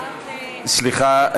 סליחה,